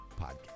podcast